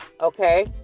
okay